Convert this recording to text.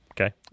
Okay